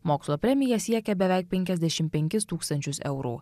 mokslo premija siekia beveik penkiasdešimt penkis tūkstančius eurų